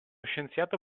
scienziato